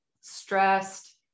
stressed